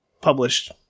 published